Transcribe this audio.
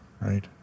Right